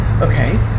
okay